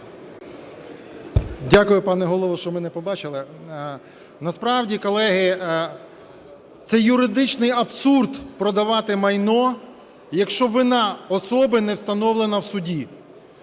Дякую, пане Голово, що мене побачили. Насправді, колеги, це юридичний абсурд - продавати майно, якщо вина особи не встановлена в суді